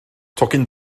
tocyn